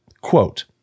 quote